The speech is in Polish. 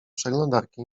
przeglądarki